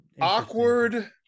awkward